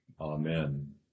Amen